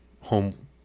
home